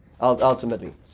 ultimately